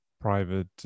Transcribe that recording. private